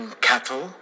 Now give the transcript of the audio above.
cattle